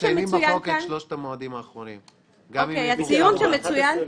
ששש, לא להפריע.